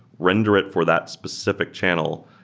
render it for that specific channel,